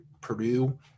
Purdue